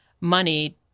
money